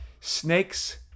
snakes